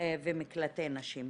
ומקלטי נשים.